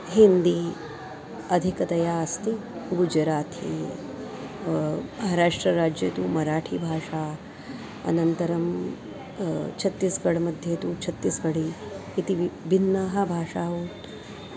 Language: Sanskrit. हिन्दी अधिकतया अस्ति गुजराथी महाराष्ट्रराज्ये तु मराठिभाषा अनन्तरं छत्तीस्गढ मध्ये तु छत्तीस्गढी इति भिन्ना भाषा